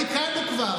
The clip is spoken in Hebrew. את זה תיקנו כבר,